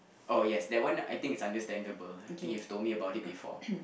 oh yes that one I think is understandable I think you've told me about it before